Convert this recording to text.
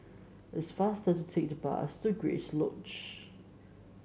it's faster to take the bus to Grace Lodge